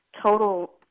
total